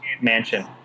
mansion